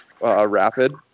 rapid